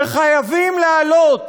וחייבים להעלות